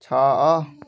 ଛଅ